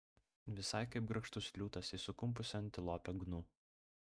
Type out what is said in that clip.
visai kaip grakštus liūtas į sukumpusią antilopę gnu